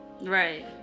right